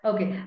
Okay